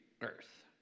earth